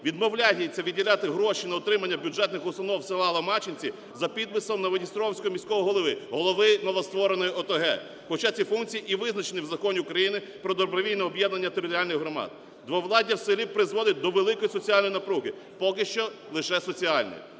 відмовляється виділяти гроші на утримання бюджетних установ села Ломачинці за підписом Новодністровського міського голови, голови новоствореної ОТГ. Хоча ці функції і визначені в Законі України "Про добровільне об'єднання територіальних громад", двовладдя в селі призводить до великої соціальної напруги. Поки що лише соціальної.